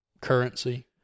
currency